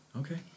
Okay